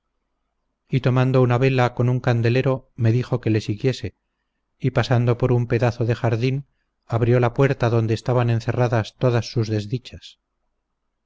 y tomando una vela con un candelero me dijo que le siguiese y pasando por un pedazo de jardín abrió la puerta donde estaban encerradas todas sus desdichas